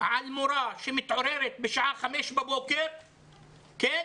על מורה שמתעוררת בשעה 05:00 בבוקר בעראבה,